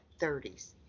30s